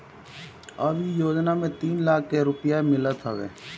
अब इ योजना में तीन लाख के रुपिया मिलत हवे